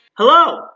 Hello